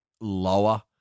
lower